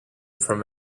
from